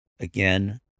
Again